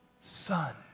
son